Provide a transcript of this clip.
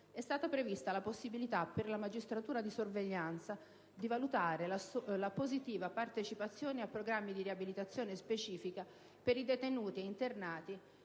è stata prevista la possibilità per la magistratura di sorveglianza di valutare la positiva partecipazione a programmi di riabilitazione specifica per i detenuti e internati